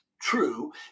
true